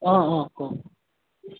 অঁ অঁ কওক